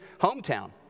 hometown